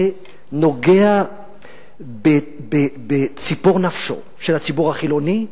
זה נוגע בציפור נפשו של הציבור החילוני,